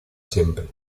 siempre